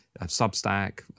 Substack